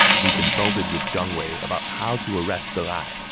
he consulted with jiang wei about how to arrest deng ai.